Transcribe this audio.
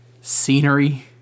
Scenery